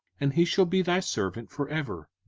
and he shall be thy servant for ever.